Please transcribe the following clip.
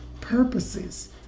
purposes